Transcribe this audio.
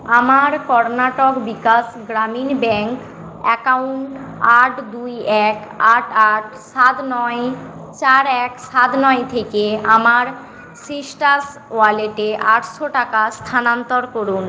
আমার Karnataka Vikas Grameena bank account আট দুই এক আট আট সাত নয় চার এক সাত নয় থেকে আমার সিসটার্স ওয়ালেটে আটশো টাকা স্থানান্তর করুন